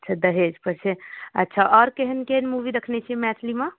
अच्छा दहेजपर छै अच्छा आओर केहन केहन मूवी देखने छिए मैथिलीमे